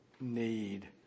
need